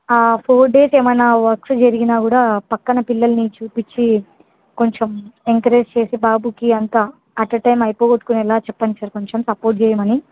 ఆ four days ఏమైనా works జరిగినా కూడా పక్కన పిల్లల్ని చూపించి కొంచెం ఎంకరేజ్ చేసి బాబుకి అంతా ఎట్ ఎ టైం అయిపోగొట్టుకునేలా చెప్పండి సార్ కొంచెం సపోర్ట్ చేయమని